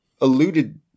alluded